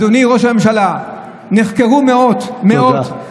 אדוני ראש הממשלה, נחקרו מאות, מאות.